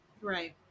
Right